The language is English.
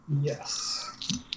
Yes